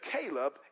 Caleb